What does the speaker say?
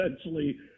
essentially